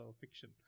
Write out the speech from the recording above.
fiction